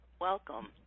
welcome